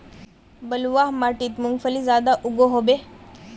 बलवाह माटित मूंगफली ज्यादा उगो होबे?